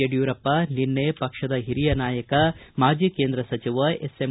ಯಡಿಯೂರಪ್ಪ ನಿನ್ನೆ ಪಕ್ಷದ ಹಿರಿಯ ನಾಯಕ ಮಾಜಿ ಕೇಂದ್ರ ಸಚಿವ ಎಸ್ ಎಂ